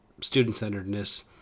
student-centeredness